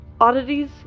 Oddities